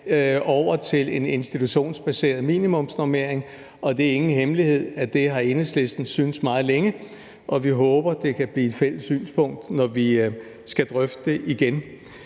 over til en institutionsbaseret minimumsnormering. Og det er ikke nogen hemmelighed, at det har Enhedslisten syntes meget længe, og vi håber, det kan blive et fælles synspunkt, når vi skal drøfte det igen.